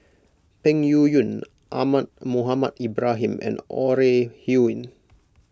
Peng Yuyun Ahmad Mohamed Ibrahim and Ore Huiying